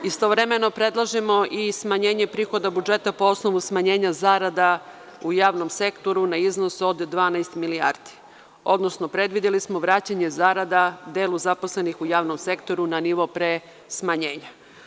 Istovremeno predlažemo i smanjenje prihoda budžeta po osnovu smanjenja zarada u javnom sektoru na iznos od 12 milijardi, odnosno predvideli smo vraćanje zarada delu zaposlenih u javnom sektoru na nivo pre smanjenja.